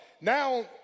Now